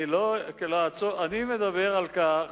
אני מדבר על כך